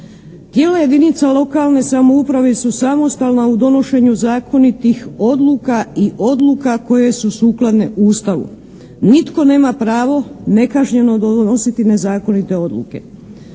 Tijela jedinica lokalne samouprave su samostalna u donošenju zakonitih odluka i odluka koje su sukladne Ustavu. Nitko nema pravo nekažnjeno donositi nezakonite odluke.